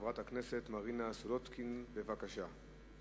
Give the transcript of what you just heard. חברת הכנסת מרינה סולודקין, בבקשה.